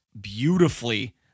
beautifully